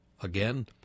Again